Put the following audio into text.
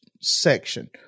section